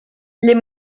les